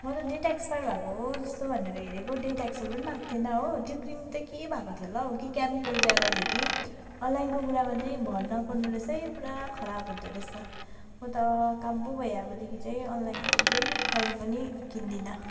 म त date expire भएको हो जस्तो भनेर डेट एक्सपायर पनि भएको थिएन हो त्यो क्रिम त के भएको थियो होला हो कि केमिकल ज्यादा थियो कि अनलाइनको कुरामा चाहिँ भर नपर्नु रहेछ है पुरा खराब हुँदो रहेछ म त काबु भए अबदेखि चाहिँ अनलाइन चाहिँ कहिले पनि किन्दिनँ